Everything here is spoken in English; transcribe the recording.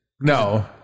No